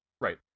right